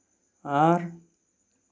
ᱟᱨ